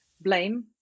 blame